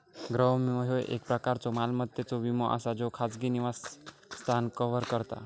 गृह विमो, ह्यो एक प्रकारचो मालमत्तेचो विमो असा ज्यो खाजगी निवासस्थान कव्हर करता